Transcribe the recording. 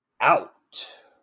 out